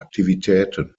aktivitäten